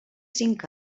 cinc